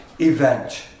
event